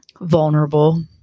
vulnerable